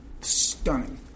stunning